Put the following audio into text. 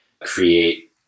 create